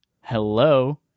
Hello